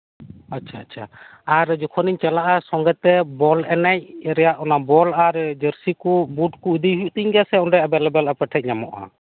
ᱟᱪᱪᱷᱟᱼᱟᱪᱪᱷᱟ ᱟᱨ ᱡᱚᱠᱷᱚᱱᱤᱧ ᱪᱟᱞᱟᱜᱼᱟ ᱥᱚᱜᱮᱛᱮ ᱵᱚᱞ ᱮᱱᱮᱡ ᱨᱮᱭᱟᱜ ᱚᱱᱟ ᱵᱚᱞ ᱟᱨ ᱡᱟᱹᱨᱥᱤ ᱠᱩ ᱵᱩᱴ ᱠᱩ ᱤᱫᱤᱭ ᱦᱩᱭᱩᱜ ᱛᱤᱧ ᱜᱮᱭᱟ ᱥᱮ ᱚᱸᱰᱮ ᱮᱵᱮᱞᱮᱵᱮᱞ ᱟᱯᱮᱴᱷᱮᱡ ᱧᱟᱢᱚᱜᱼᱟ